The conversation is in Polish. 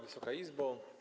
Wysoka Izbo!